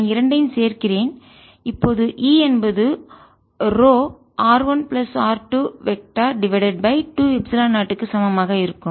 நான் இரண்டையும் சேர்க்கிறேன் இப்போது E என்பது rho r 1 plus r 2 vector divided by 2 epsilon 0 க்கு சமம் ஆக இருக்கும்